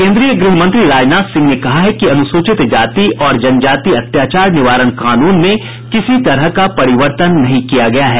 केंद्रीय गृहमंत्री राजनाथ सिंह ने कहा है कि अन्सूचित जाति और जनजाति अत्याचार निवारण कानून में किसी तरह का परिवर्तन नहीं किया गया है